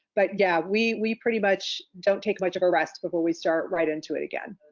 but yeah, we we pretty much don't take much of a rest before we start right into it again.